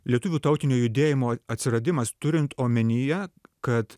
lietuvių tautinio judėjimo atsiradimas turint omenyje kad